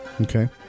Okay